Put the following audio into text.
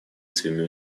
своими